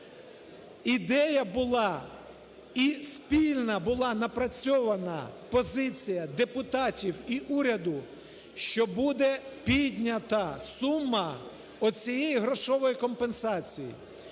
Ідея була і спільна була напрацьована позиція депутатів, і уряду, що буде піднята сума цієї грошової компенсації,